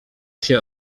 się